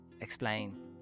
explain